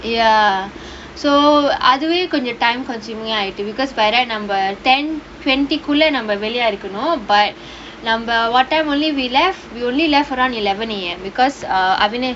ya so அதுவே கொஞ்சம்:athuvae konjam time consuming ஆயிட்டு:aayeettu because by right நம்ம:namma ten twenty குள்ள நம்ம வெளியா இருக்கனும்:kulla namma veliyaa irukkanum but what time only we left we only left around eleven A_M because err avinesh